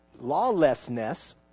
Lawlessness